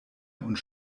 und